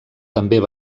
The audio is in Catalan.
també